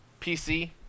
PC